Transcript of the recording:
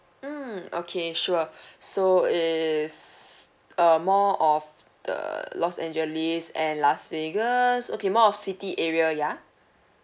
mm okay sure so is uh more of the los angeles and las vegas okay more of city area ya